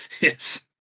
Yes